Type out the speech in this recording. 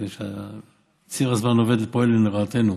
מפני שציר הזמן פועל לרעתנו.